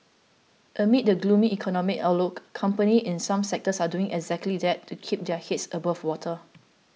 amid the gloomy economic outlook companies in some sectors are doing exactly that to keep their heads above water